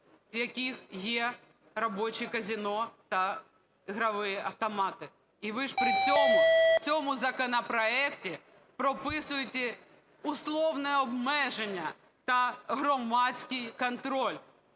в яких є робочі казино та ігрові автомати. І ви ж при цьому в цьому законопроекті прописуєте условне обмеження та громадський контроль.